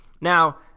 Now